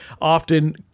often